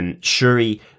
Shuri